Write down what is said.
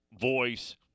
voice